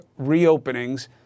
reopenings